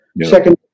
Second